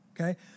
Okay